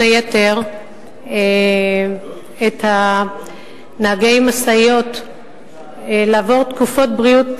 היתר את נהגי המשאיות לעבור בדיקות בריאות